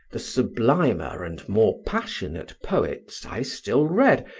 the sublimer and more passionate poets i still read,